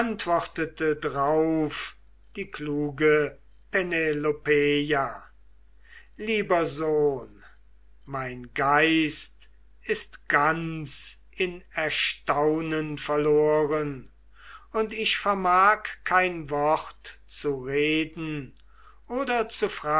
die kluge penelopeia lieber sohn mein geist ist ganz in erstaunen verloren und ich vermag kein wort zu reden oder